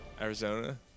Arizona